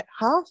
half